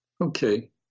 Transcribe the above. Okay